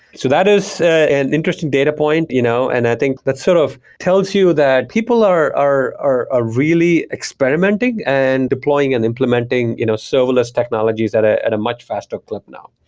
so that is an interesting data point, you know and i think that's sort of tells you that people are are ah really experimenting and deploying and implementing you know serverless technologies at ah at a much faster flip now.